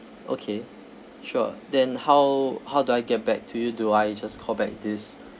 okay sure then how how do I get back to you do I just call back this